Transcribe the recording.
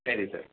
சரி சார்